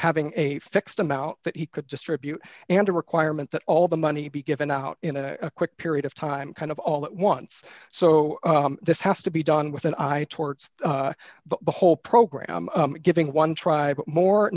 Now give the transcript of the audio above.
having a fixed amount that he could distribute and a requirement that all the money be given out in a quick period of time kind of all at once so this has to be done with an eye towards the whole program giving one tribe more